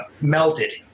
melted